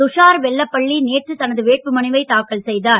துஷார் வெல்லப்பள்ளி நேற்று தனது வேட்புமனுவை தாக்கல் செய்தார்